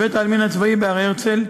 בבית-העלמין הצבאי בהר-הרצל,